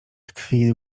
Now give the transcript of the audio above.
tkwi